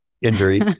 injury